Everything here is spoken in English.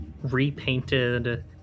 repainted